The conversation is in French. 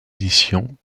édition